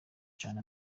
cane